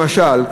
למשל,